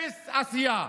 אפס עשייה.